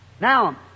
Now